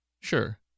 Sure